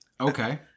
Okay